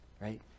right